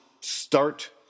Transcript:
start